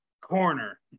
corner